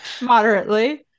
Moderately